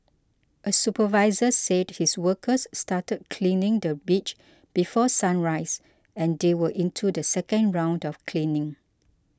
a supervisor said his workers started cleaning the beach before sunrise and they were into the second round of cleaning